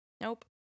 Nope